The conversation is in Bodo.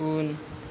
उन